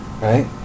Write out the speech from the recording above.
right